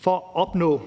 For at opnå